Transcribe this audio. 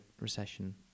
Recession